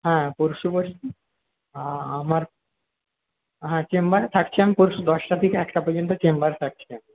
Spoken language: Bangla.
হ্যাঁ পরশু বসি আর আমার হ্যাঁ চেম্বারে থাকছি আমি পরশু দশটা থেকে একটা পর্যন্ত চেম্বারে থাকছি আমি